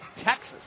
Texas